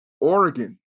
Oregon